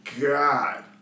God